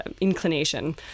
inclination